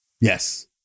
Yes